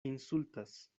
insultas